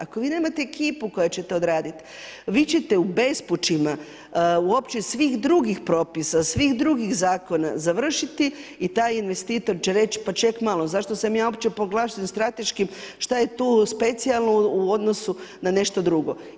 Ako vi nemate ekipu koja će to odraditi, vi ćete u bespućima uopće svih drugih propisa, svih drugih zakona završiti i taj investitor će reć pa ček malo, zašto sam ja uopće proglašen strateškim, šta je tu specijalno u odnosu na nešto drugo.